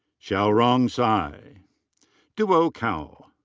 xiarong cai. duo cao.